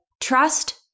Trust